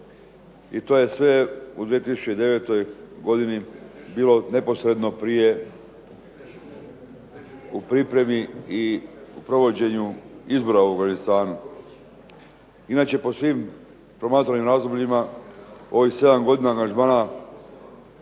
i to je sve u 2009. godini bilo neposredno prije u pripremi i u provođenju izbora u Afganistanu. Inače, po svim promatranim razdobljima ovih sedam godina angažmana